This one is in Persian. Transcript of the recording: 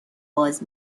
باز